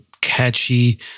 catchy